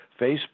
Facebook